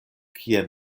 kie